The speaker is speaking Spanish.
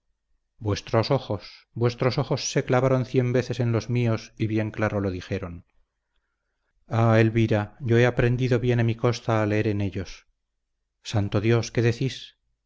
vuestros ojos vuestros ojos se clavaron cien veces en los míos y bien claro lo dijeron ah elvira yo he aprendido bien a mí costa a leer en ellos santo dios qué decís